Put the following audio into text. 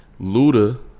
Luda